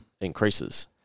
increases